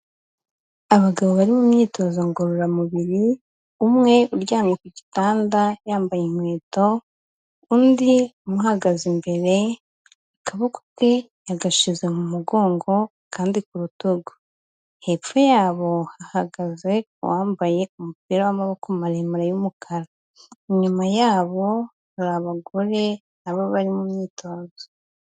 Abagabo bari mu myitozo ngororamubiri, umwe uryamye ku gitanda yambaye inkweto, undi uhagaze imbere, akaboko ke yagashize mu mugongo akandi ku rutugu, hepfo yabo hahagaze wambaye umupira w'amaboko maremare y'umukara, inyuma yabo hari abagore nabo bari mu myitozo.